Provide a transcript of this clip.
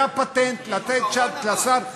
זה הפטנט, לתת צ'אנס לשר.